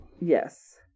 Yes